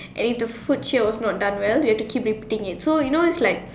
and if the food cheer was not done well we have to keep repeating it so if you like it